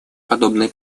подобные